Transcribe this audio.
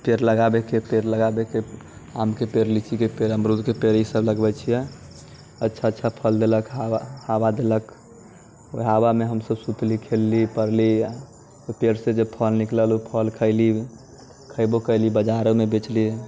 पेड़ लगा दै छियै पेड़ लगा दै छियै आमके पेड़ लीचीके पेड़ अमरूदके पेड़ ई सब लगबै छियै अच्छा अच्छा फल देलक हवा देलक ओइ हवामे हमसब सुतली खेलली पढ़ली ओ पेड़सँ जे फल निकलल उ फल खइली खैबो कइली बजारोमे बेचली